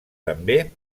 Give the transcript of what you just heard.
també